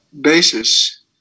basis